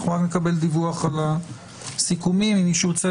אנחנו רק נקבל דיווח על הסיכומים אם מישהו ירצה